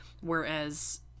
Whereas